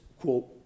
quote